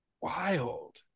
Wild